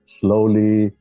slowly